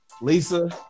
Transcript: Lisa